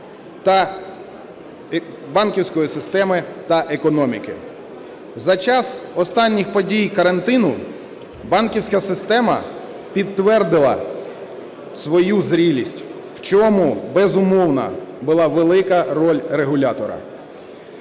банківської системи та економіки. За час останніх подій карантину банківська система підтвердила свою зрілість, в чому, безумовно, була велика роль регулятора.